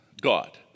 God